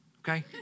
okay